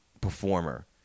performer